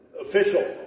official